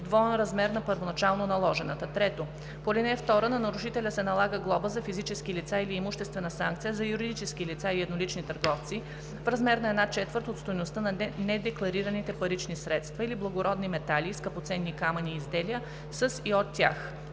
двоен размер на първоначално наложената; 3. по ал. 2 на нарушителя се налага глоба за физически лица или имуществена санкция за юридически лица и еднолични търговци в размер на една четвърт от стойността на недекларираните парични средства или благородни метали и скъпоценни камъни и изделия със и от тях;